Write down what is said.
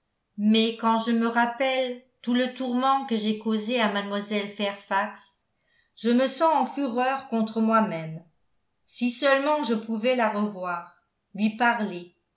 mais quand je me rappelle tout le tourment que j'ai causé à mlle fairfax je me sens en fureur contre moi-même si seulement je pouvais la revoir lui parler